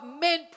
men